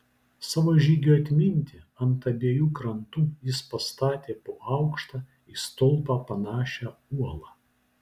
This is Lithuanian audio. savo žygiui atminti ant abiejų krantų jis pastatė po aukštą į stulpą panašią uolą